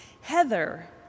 Heather